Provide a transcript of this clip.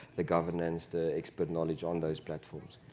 the governance, the expert knowledge on those platforms.